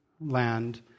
land